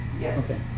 Yes